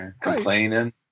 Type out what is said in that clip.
Complaining